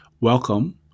Welcome